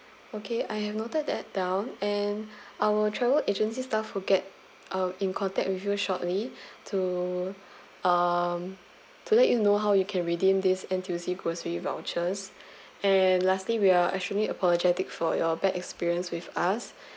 okay I have noted that down and our travel agency staff will get uh in contact with you shortly to um to let you know how you can redeem this N_T_U_C grocery vouchers and lastly we are extremely apologetic for your bad experience with us